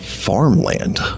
farmland